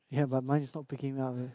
you have but mine is not picking up eh